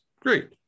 great